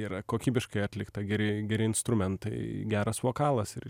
yra kokybiškai atlikta geri geri instrumentai geras vokalas ir